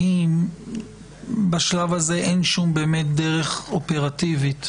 האם בשלב הזה אין באמת שום דרך אופרטיבית